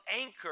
anchor